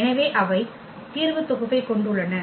எனவே அவை தீர்வுத் தொகுப்பைக் கொண்டுள்ளன